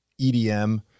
EDM